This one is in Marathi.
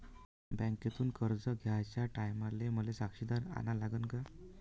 बँकेतून कर्ज घ्याचे टायमाले मले साक्षीदार अन लागन का?